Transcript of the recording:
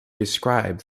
describe